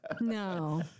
No